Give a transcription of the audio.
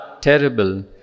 terrible